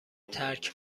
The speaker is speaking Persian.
ترک